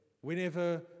Whenever